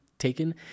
taken